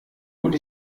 und